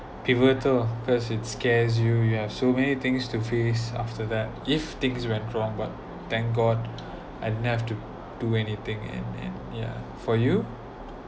pivotal lah because it scares you you have so many things to face after that if things went wrong but thank god I don't have to do anything and and yeah for you